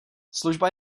služba